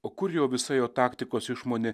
o kur jo visa jo taktikos išmonė